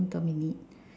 dominate